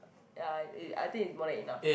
ya it I think is more than enough